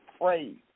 praise